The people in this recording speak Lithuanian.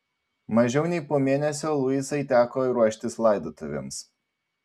mažiau nei po mėnesio luisai teko ruoštis laidotuvėms